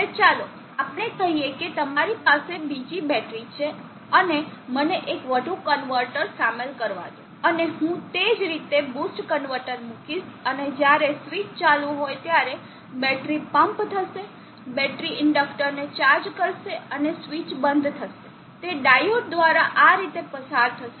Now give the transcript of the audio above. હવે ચાલો આપણે કહીએ કે તમારી પાસે બીજી બેટરી છે અને મને એક વધુ કન્વર્ટર શામેલ કરવા દો અને હું તે જ રીતે બૂસ્ટ કન્વર્ટર મૂકીશ અને જ્યારે સ્વીચ ચાલુ હોય ત્યારે બેટરી પમ્પ થશે બેટરી ઇન્ડક્ટરને ચાર્જ કરશે અને સ્વીચ બંધ થશે તે ડાયોડ દ્વારા આ રીતે પસાર થશે